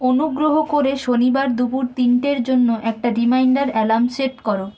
অনুগ্রহ করে শনিবার দুপুর তিনটের জন্য একটা রিমাইন্ডার আল্যার্ম সেট করো